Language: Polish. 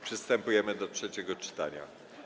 Przystępujemy do trzeciego czytania.